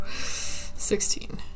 Sixteen